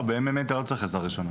ב-MMA אתה לא צריך עזרה ראשונה...